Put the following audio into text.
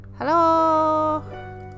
Hello